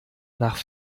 nach